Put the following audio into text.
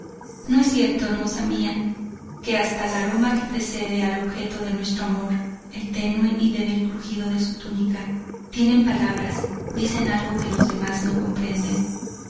no es cierto hermosa mía que hasta la aroma que precede al objeto de nuestro amor el tenue y débil crujido de su túnica tienen palabras dicen algo que los demás no comprenden